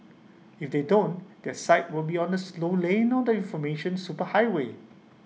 if they don't their site will be on the slow lane on the information superhighway